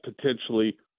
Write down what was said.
Potentially